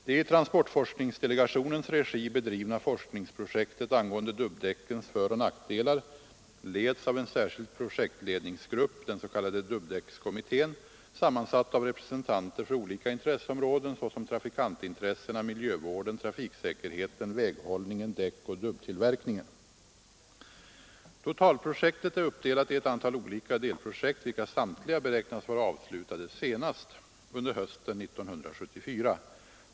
Det i transportforskningsdelegationens regi bedrivna forskningsprojektet angående dubbdäckens föroch nackdelar leds av en särskild projektledningsgrupp — den s.k. dubbdäckskommittén, sammansatt av representanter för olika intresseområden såsom trafikantintressena, miljövården, trafiksäkerheten, väghållningen, däckoch dubbtillverkningen. Totalprojektet är uppdelat i ett antal olika delprojekt, vilka samtliga beräknas vara avslutade senast under hösten 1974.